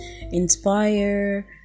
inspire